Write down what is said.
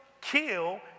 kill